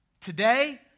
Today